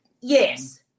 Yes